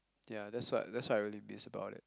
ya that's what that's what I really miss about it